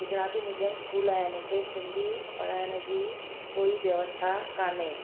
Gujarati medium school आहिनि उते सिंधी पढ़ाइण जी कोई व्यवस्था कान्हे